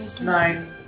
nine